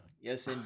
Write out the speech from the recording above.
Yes